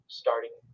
starting